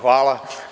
Hvala.